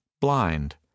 blind